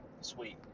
sweet